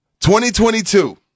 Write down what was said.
2022